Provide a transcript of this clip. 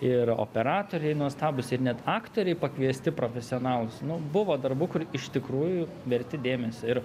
ir operatoriai nuostabūs ir net aktoriai pakviesti profesionalūs nu buvo darbų kur iš tikrųjų verti dėmesio ir